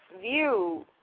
view